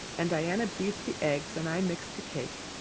and diana beat the eggs and i mixed the cake.